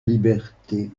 liberté